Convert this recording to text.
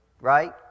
right